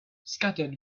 scattered